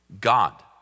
God